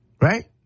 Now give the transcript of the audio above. Right